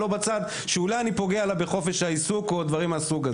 ולא בצד שאולי אני פוגע לה בחופש העיסוק או דברים מהסוג הזה.